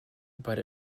but